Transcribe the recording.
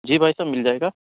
جی بھائی صاحب مل جائے گا